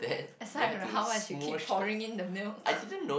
aside from how much you keep pouring in the milk